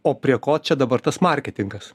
o prie ko čia dabar tas marketingas